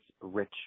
rich